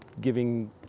giving